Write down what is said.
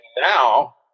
now